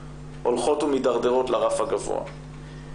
הולכות ומידרדרות לרף הגבוה.